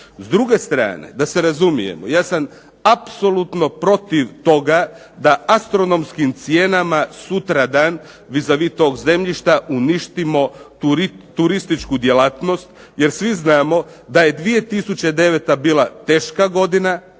S druge strane, da se razumijemo, ja sam apsolutno protiv toga da astronomskim cijenama sutradan vis-a-vis tog zemljišta uništimo turističku djelatnost. Jer svi znamo da je 2009. bila teška godina.